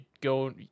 go